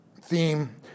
theme